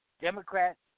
Democrats